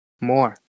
more